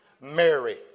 Mary